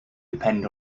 depend